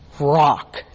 rock